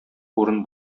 урын